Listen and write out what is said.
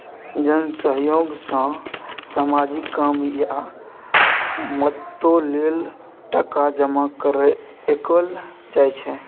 जन सहयोग सँ सामाजिक काम या मदतो लेल टका जमा कएल जाइ छै